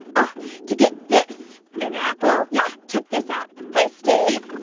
and to get this an apple? yeah. check this out. hey, steve.